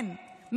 כן,